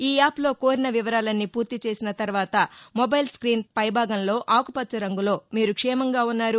ఈ యాప్లో కోరిన వివరాలన్నీ పూర్తి చేసిన తర్వాత మొబైల్ స్క్మీన్ పైభాగంలో ఆకుపచ్చ రంగులో మీరు క్షేమంగా ఉన్నారు